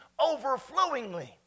overflowingly